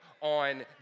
on